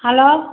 hello